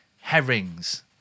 herrings